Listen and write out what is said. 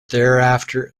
thereafter